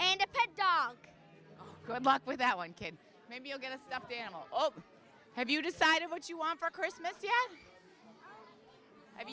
doc good luck with that one kid maybe you'll get a stuffed animal oh have you decided what you want for christmas